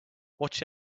watch